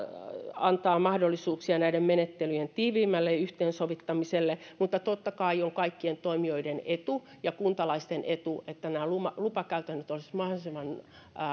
antaa mahdollisuuksia näiden menettelyjen tiiviimmälle yhteensovittamiselle mutta totta kai olisi kaikkien toimijoiden etu ja kuntalaisten etu että nämä lupakäytännöt olisivat mahdollisimman